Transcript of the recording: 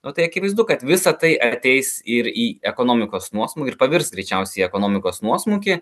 nu tai akivaizdu kad visa tai ateis ir į ekonomikos nuosmukį ir pavirs greičiausiai į ekonomikos nuosmukį